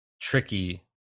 tricky